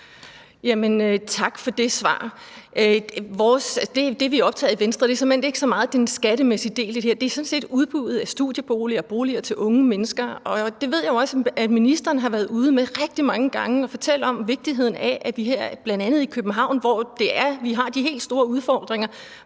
Tak for det svar. Det, vi er optaget af i Venstre, er såmænd ikke så meget den skattemæssige del i det her, det er sådan set udbuddet af studieboliger og boliger til unge mennesker. Og det ved jeg jo også at ministeren har været ude med rigtig mange gange og fortælle om vigtigheden af, i forhold til at vi blandt andet her i København har de helt store udfordringer;